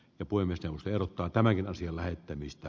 ja poimi sen erottaa tämänkin asian lähettämistä